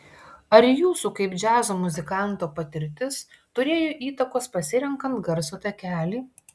ar jūsų kaip džiazo muzikanto patirtis turėjo įtakos pasirenkant garso takelį